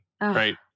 right